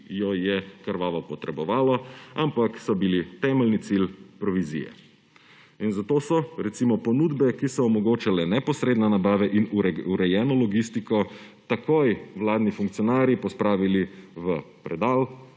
jo je krvavo potrebovalo, ampak so bili temeljni cilj provizije. Zato so, recimo, ponudbe, ki so omogočale neposredno nabave in urejeno logistiko, takoj vladni funkcionarji pospravili v predal.